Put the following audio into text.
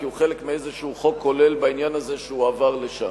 כי הוא חלק מאיזה חוק כולל בעניין הזה שהועבר לשם,